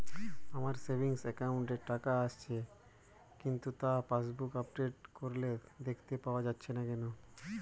আমার savings account এ টাকা আসছে কিন্তু তা পাসবুক আপডেট করলে দেখতে পাওয়া যাচ্ছে না কেন?